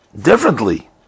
differently